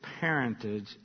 parentage